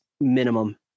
minimum